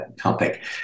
topic